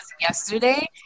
yesterday